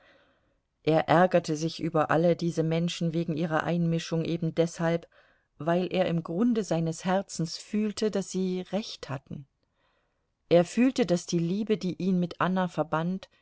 er ärgerte sich über alle diese menschen wegen ihrer einmischung eben deshalb weil er im grunde seines herzens fühlte daß sie recht hatten er fühlte daß die liebe die ihn mit anna verband